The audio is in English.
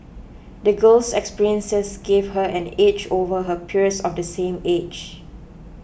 the girl's experiences gave her an edge over her peers of the same age